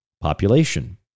population